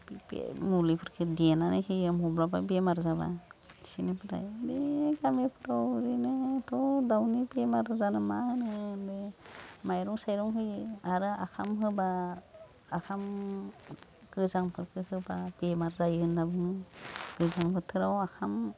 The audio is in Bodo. बे मुलिफोरखो देनानै होयो मब्लाबा बेमार जाबा थिनिफ्राय बे गामिफोराव ओरैनोथ' दावनि बेमार जानो मा होनो माइरं साइरं होयो आरो आखाम होबा आखाम गोजांफोरखो होबा बेमार जायो होनना बुङो गोजां बोथोराव आखाम